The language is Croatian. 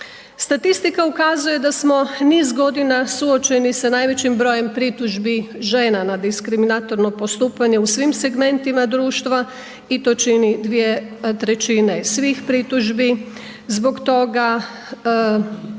Statistika ukazuje da smo niz godina suočeni sa najvećim brojem pritužbi žena na diskriminatorno postupanje u svim segmentima društva i to čini 2/3 svih pritužbi. Zbog toga